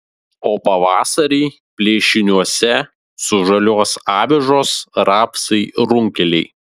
o pavasarį plėšiniuose sužaliuos avižos rapsai runkeliai